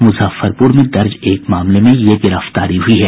मुजफ्फरपुर में दर्ज एक मामले में यह गिरफ्तारी हुई है